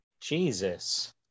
Jesus